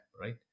right